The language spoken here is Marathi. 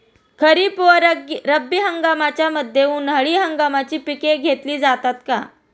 खरीप व रब्बी हंगामाच्या मध्ये उन्हाळी हंगामाची पिके घेतली जातात का?